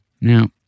Now